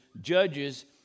judges